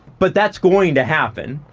but that's going to happen.